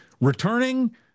returning